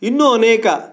ಇನ್ನೂ ಅನೇಕ